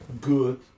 Good